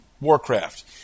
Warcraft